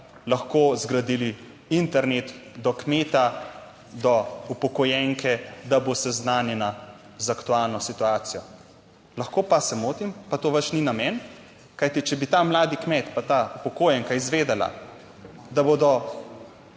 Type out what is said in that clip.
lahko zgradili internet do kmeta, do upokojenke, da bo seznanjena z aktualno situacijo. Lahko pa se motim, pa to vaš ni namen, kajti, če bi ta mladi kmet pa ta upokojenka izvedela, da bodo